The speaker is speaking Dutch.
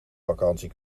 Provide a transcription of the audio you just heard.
vakantie